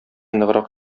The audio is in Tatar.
ныграк